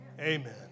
amen